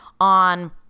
on